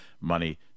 money